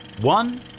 one